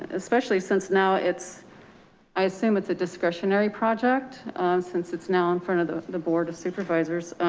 especially since now, it's i assume it's a discretionary project since it's now in front of the the board of supervisors,